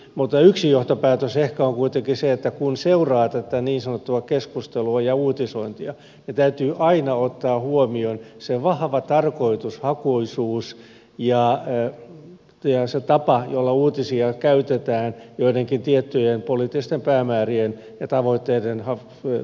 mutta yksi johtopäätös ehkä on kuitenkin se että kun seuraa tätä niin sanottua keskustelua ja uutisointia niin täytyy aina ottaa huomioon se vahva tarkoitushakuisuus ja se tapa jolla uutisia käytetään joidenkin tiettyjen poliittisten päämäärien ja tavoitteiden saavuttamiseksi